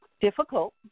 difficult